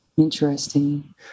interesting